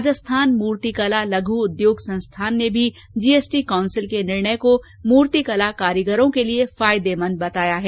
राजस्थान मूर्तिकला लघ उद्योग संस्थान ने भी जीएसटी काउंसिल के निर्णय को मूर्तिकला कारीगरों के लिए फायदेमंद बताया है